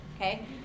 Okay